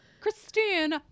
Christine